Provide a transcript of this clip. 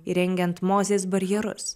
įrengiant mozės barjerus